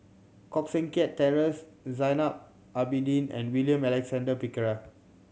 Koh Seng Kiat Terence Zainal Abidin and William Alexander Pickering